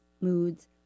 moods